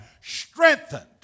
strengthened